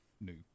new